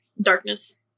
Darkness